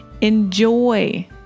Enjoy